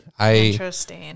Interesting